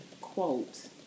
quote